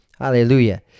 Hallelujah